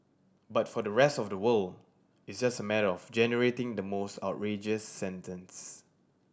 but for the rest of the world it's just a matter of generating the most outrageous sentence